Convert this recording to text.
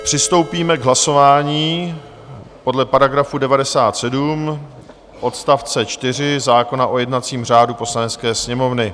Přistoupíme k hlasování podle § 97 odst. 4 zákona o jednacím řádu Poslanecké sněmovny.